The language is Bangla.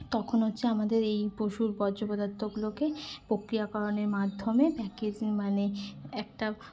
তখন হচ্ছে আমাদের এই পশুর বর্জ্য পদার্থগুলোকে প্রক্রিয়াকরণের মাধ্যমে প্যাকেজিং মানে একটা